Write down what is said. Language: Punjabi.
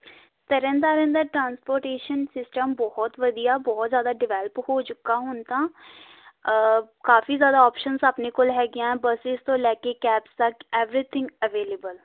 ਤਰਨ ਤਾਰਨ ਦਾ ਟਰਾਂਸਪੋਟੇਸ਼ਨ ਸਿਸਟਮ ਬਹੁਤ ਵਧੀਆ ਬਹੁਤ ਜ਼ਿਆਦਾ ਡਿਵੈਲਪ ਹੋ ਚੁੱਕਾ ਹੁਣ ਤਾਂ ਕਾਫੀ ਜ਼ਿਆਦਾ ਆਪਸ਼ਨਸ ਆਪਣੇ ਕੋਲ ਹੈਗੀਆਂ ਬੱਸਿਸ ਤੋਂ ਲੈ ਕੇ ਕੈਬਸ ਤੱਕ ਐਵਰੀਥਿੰਗ ਅਵੇਲੇਬਲ